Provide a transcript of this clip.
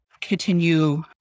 continue